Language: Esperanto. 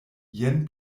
jen